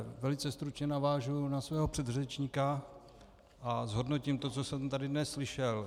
Velice stručně navážu na svého předřečníka a zhodnotím to, co jsem tady dnes slyšel.